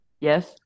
Yes